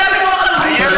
זה נושא הביטוח הלאומי.